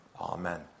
Amen